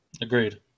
Agreed